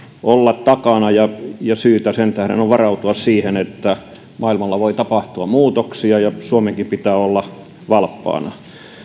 olla takana ja sen tähden on syytä varautua siihen että maailmalla voi tapahtua muutoksia ja suomenkin pitää olla valppaana